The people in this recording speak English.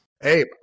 Hey